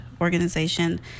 organization